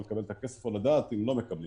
ולקבל את הכסף או לדעת אם הם לא מקבלים,